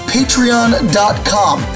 Patreon.com